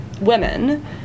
women